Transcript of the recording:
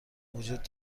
وجود